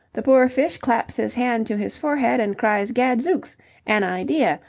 the poor fish claps his hand to his forehead and cries gadzooks! an idea!